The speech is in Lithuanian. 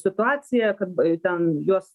situaciją kad ten juos